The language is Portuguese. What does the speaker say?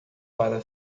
para